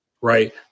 right